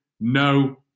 no